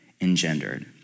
engendered